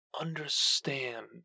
understand